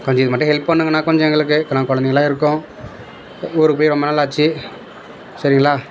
கொஞ்சம் இதை மட்டும் ஹெல்ப் பண்ணுங்கண்ணா கொஞ்சம் எங்களுக்கு ஏன்னால் குழந்தைங்களாம் இருக்கோம் ஊருக்கு போய் ரொம்ப நாள் ஆச்சு சரிங்களா